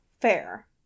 fair